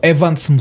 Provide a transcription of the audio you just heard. Evans